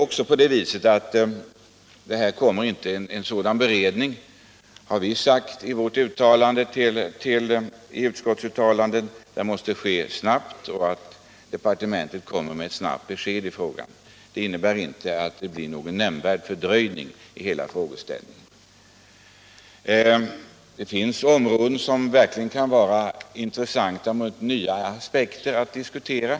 I utskottsbetänkandet har vi sagt att det är angeläget att departementet snabbt lämnar besked i frågan. Det innebär inte att det blir någon nämnvärd fördröjning. Det finns områden med intressanta och nya aspekter att diskutera.